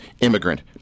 Immigrant